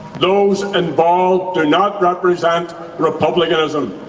those involved do not represent republicanism.